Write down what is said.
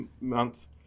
month